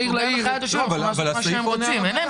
זה פוגע בחיי התושבים והם לא יכולים לעשות מה שהם רוצים.